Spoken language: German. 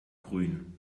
grün